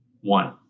One